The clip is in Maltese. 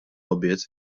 logħbiet